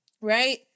right